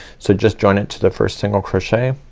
so just join it to the first single crochet,